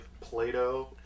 Play-Doh